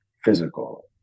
physical